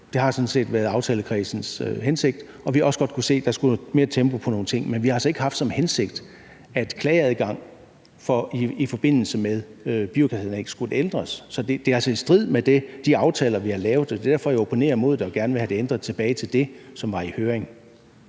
set været aftalekredsens hensigt. Vi har også godt kunnet se, at der skulle mere tempo på nogle ting, men vi har altså ikke haft som hensigt, at klageadgangen i forbindelse med biogasanlæg skulle ændres. Så det er altså i strid med de aftaler, vi har lavet, og det er derfor, at jeg opponerer mod det og gerne vil have det ændret tilbage til det, som var i høring.